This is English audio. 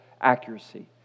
accuracy